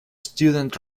student